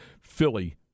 Philly